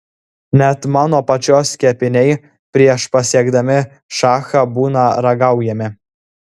net mano pačios kepiniai prieš pasiekdami šachą būna ragaujami